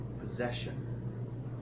possession